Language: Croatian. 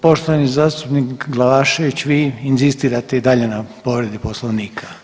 Poštovani zastupnik Glavašević vi inzistirate i dalje na povredi poslovnika.